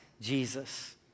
Jesus